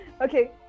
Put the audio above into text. Okay